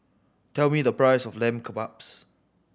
tell me the price of Lamb Kebabs